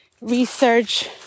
Research